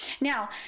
Now